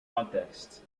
contest